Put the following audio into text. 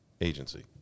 agency